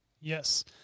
Yes